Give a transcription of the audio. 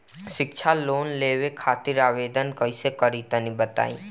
शिक्षा लोन लेवे खातिर आवेदन कइसे करि तनि बताई?